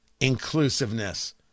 Inclusiveness